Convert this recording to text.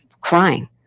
crying